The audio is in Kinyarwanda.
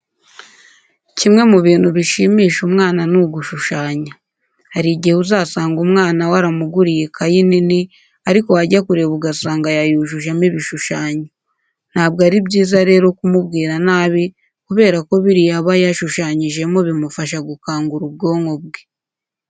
Kimwe mu bintu bishimisha umwana ni ugushushanya. Hari igihe uzasanga umwana waramuguriye ikayi nini ariko wajya kureba ugasanga yayujujemo ibishushanyo. Ntabwo ari byiza rero kumubwira nabi kubera ko biriya aba yashushanyijemo bimufasha gukangura ubwonko bwe.